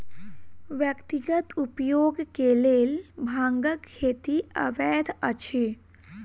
व्यक्तिगत उपयोग के लेल भांगक खेती अवैध अछि